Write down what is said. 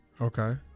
Okay